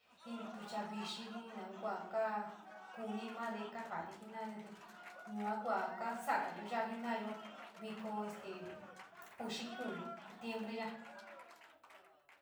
Jiin ntucha vixii jiin naun kua ka kuni made kaa jade jenade, yua kua kaa sa’agayo yaa jena’ayo viko este uxi kuun septiembre ya’a.